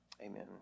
Amen